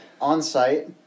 On-site